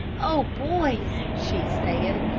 oh, boys, she said,